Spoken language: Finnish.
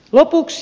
lopuksi